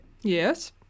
Yes